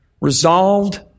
resolved